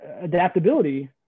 adaptability